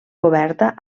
coberta